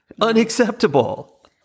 Unacceptable